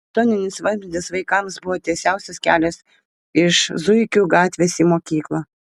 betoninis vamzdis vaikams buvo tiesiausias kelias iš zuikių gatvės į mokyklą